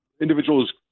individuals